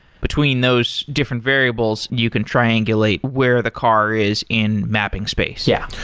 between those different variables you can triangulate where the car is in mapping space yeah.